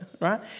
right